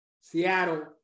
Seattle